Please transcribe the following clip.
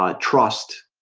ah trust